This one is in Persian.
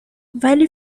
ولی